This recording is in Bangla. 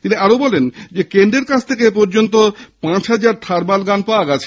তিনি বলেন কেন্দ্রের কাছ থেকে এপর্যন্ত পাঁচ হাজার থার্মাল গান পাওয়া গিয়েছে